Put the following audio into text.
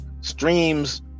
streams